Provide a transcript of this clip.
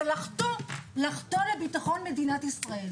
זה לחטוא לביטחון מדינת ישראל.